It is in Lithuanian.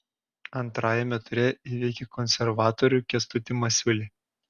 antrajame ture įveikė konservatorių kęstutį masiulį